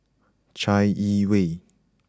Chai Yee Wei